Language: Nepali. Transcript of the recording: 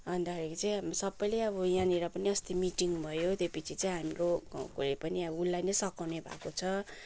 अन्तखेरि चाहिँ सबैले अब यहाँनिर पनि अस्ति मिटिङ भयो त्यो पिछे चाहिँ हाम्रो गाउँकोले पनि अब उसलाई नै सघाउने भएको छ